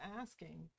asking